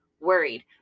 Worried